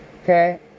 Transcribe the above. Okay